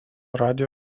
radijo